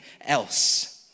else